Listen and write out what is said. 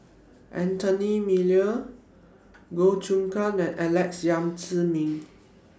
Anthony Miller Goh Choon Kang and Alex Yam Ziming